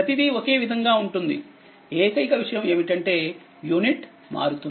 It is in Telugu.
ప్రతిదీఒకే విధంగాఉంటుంది ఏకైకవిషయంఏమిటంటేయూనిట్ మారుతుంది